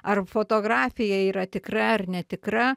ar fotografija yra tikra ar netikra